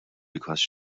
because